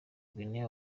guinee